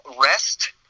rest